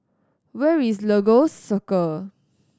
where is Lagos Circle